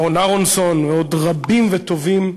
אהרן אהרונסון, ועוד רבים וטובים,